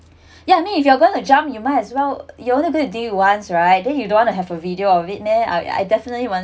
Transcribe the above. ya I mean if you are gonna to jump you might as well you only do it ones right then you don't want to have a video of it meh I definitely want